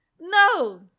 No